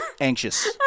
anxious